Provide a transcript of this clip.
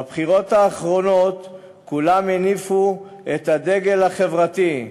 בבחירות האחרונות כולם הניפו את הדגל החברתי,